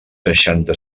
seixanta